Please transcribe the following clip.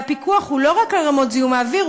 והפיקוח הוא לא רק על רמות זיהום האוויר,